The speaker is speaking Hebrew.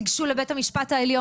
יוסי, זה לא פתרון משותף של הנכים.